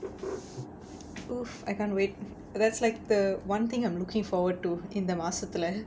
oo I can't wait that's like the one thing I'm looking forward to இந்த மாசத்துல:intha maasathula